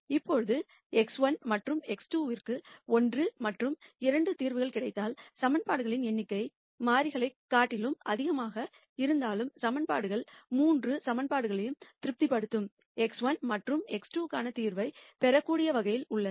இப்போது x1 மற்றும் x2 க்கு 1 மற்றும் 2 தீர்வு கிடைத்தால் சமன்பாடுகளின் எண்ணிக்கை மாறிகளைக் காட்டிலும் அதிகமாக இருந்தாலும் சமன்பாடுகள் 3 சமன்பாடுகளையும் திருப்திப்படுத்தும் x1 மற்றும் x2 க்கான தீர்வைப் பெறக்கூடிய வகையில் உள்ளன